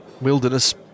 wilderness